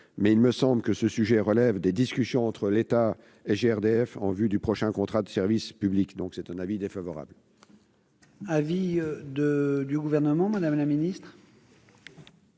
mais il me semble que ce sujet relève des discussions entre l'État et GRDF en vue du prochain contrat de service public. L'avis est donc défavorable.